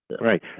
Right